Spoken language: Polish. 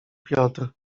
piotr